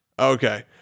okay